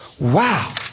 Wow